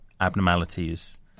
abnormalities